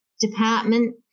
department